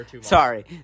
Sorry